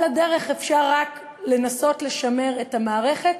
על הדרך אפשר רק לנסות לשמר את המערכת,